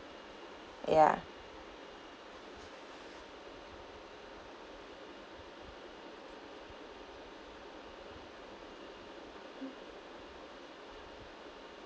ya